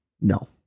No